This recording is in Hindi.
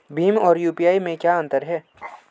भीम और यू.पी.आई में क्या अंतर है?